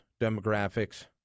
demographics